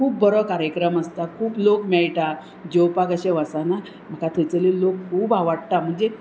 खूब बरो कार्यक्रम आसता खूब लोक मेळटा जेवपाक अशें वसना म्हाका थंयसरले लोक खूब आवडटा म्हणजे